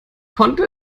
konnte